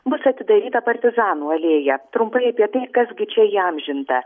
bus atidaryta partizanų alėja trumpai apie tai kas gi čia įamžinta